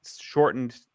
shortened